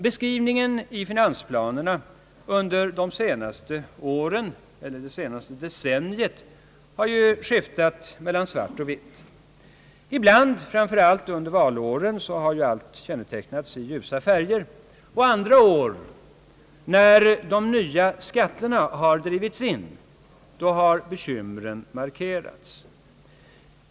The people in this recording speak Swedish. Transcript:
Beskrivningen i finansplanerna under det senaste decenniet har skiftat mellan svart och vitt. Ibland — framför allt under valåren — har läget tecknats i ljusa färger. Andra år — när de nya skatterna har drivits in — har bekym ren markerats.